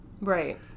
Right